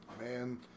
man